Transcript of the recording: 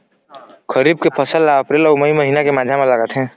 खरीफ के फसल ला अप्रैल अऊ मई महीना के माझा म लगाथे